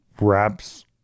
wraps